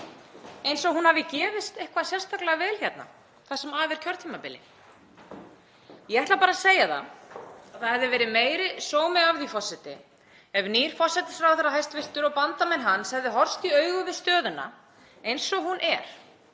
eins og hún hafi gefist eitthvað sérstaklega vel það sem af er kjörtímabili. Ég ætla bara að segja að það hefði verið meiri sómi að því, forseti, ef nýr hæstv. forsætisráðherra og bandamenn hans hefðu horfst í augu við stöðuna eins og hún er,